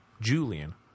Julian